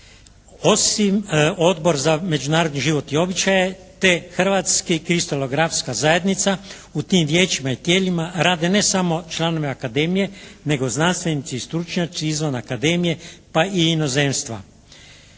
osim Odbor za međunarodni život i običaje, te Hrvatska kristalografska zajednica. U tim vijećima i tijelima rade ne samo članovi Akademije, nego znanstvenici i stručnjaci izvan Akademije, pa i inozemstva.